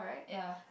ya